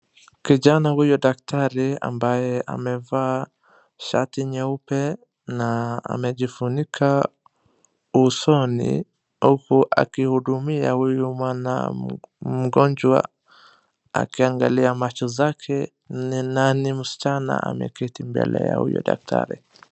Kijana huyu daktari ambaye amevaa shati nyeupe na amejifunika usoni huku akihudumia huyu mgonjwa akiangalia macho zake na ni msichana ameketi mbele yake.